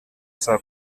saa